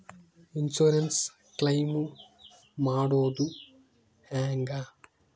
Insurance claim ಮಾಡೋದು ಹೆಂಗ?